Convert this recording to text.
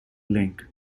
link